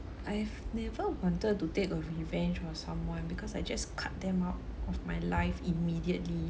I have never wanted to take a revenge on someone because I just cut them out of my life immediately